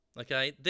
Okay